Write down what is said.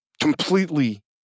completely